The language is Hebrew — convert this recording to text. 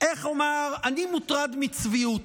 איך אומר, אני מוטרד מצביעות.